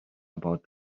about